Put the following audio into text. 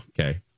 Okay